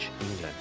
England